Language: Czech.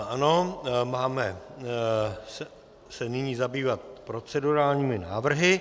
Ano, máme se nyní zabývat procedurálními návrhy.